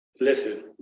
listen